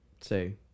say